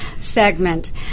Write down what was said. segment